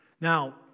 Now